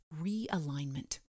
realignment